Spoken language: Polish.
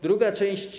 Druga część.